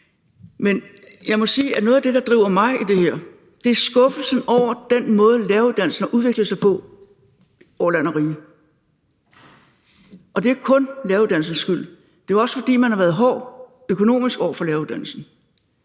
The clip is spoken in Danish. Jeg må sige, at noget af det, der driver mig i det her, er skuffelsen over den måde, læreruddannelsen har udviklet sig på over land og rige, og det er ikke kun læreruddannelsens skyld. Det er jo også, fordi man har været økonomisk hård over for læreruddannelsen,